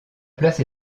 place